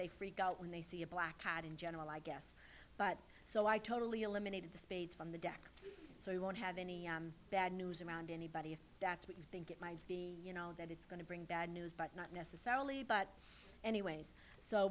they freak out when they see a black cat in general i guess but so i totally eliminated the speeds on the deck so we won't have any bad news around anybody if that's what you think it might be you know that it's going to bring bad news but not necessarily but anyway so